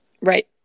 Right